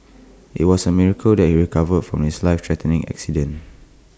IT was A miracle that he recovered from his life threatening accident